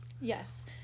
yes